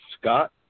Scott